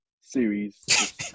series